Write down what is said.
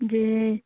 जी